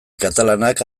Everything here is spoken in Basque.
katalanak